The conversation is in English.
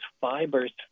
fibers